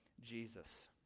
Jesus